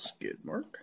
Skidmark